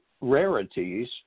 rarities